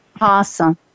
Awesome